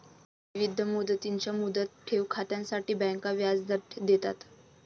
विविध मुदतींच्या मुदत ठेव खात्यांसाठी बँका व्याजदर देतात